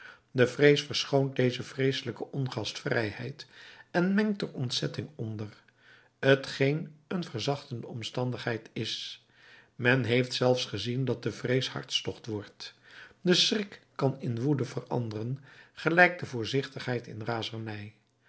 de vrees verschoont deze vreeselijke ongastvrijheid en mengt er ontzetting onder t geen een verzachtende omstandigheid is men heeft zelfs gezien dat de vrees hartstocht wordt de schrik kan in woede veranderen gelijk de voorzichtigheid in razernij